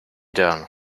down